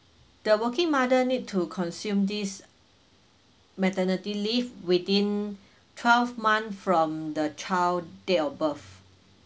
the working mother need to consume this maternity leave within twelve month from the child date of birth